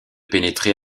pénétrer